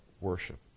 worship